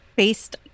Based